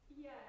Yes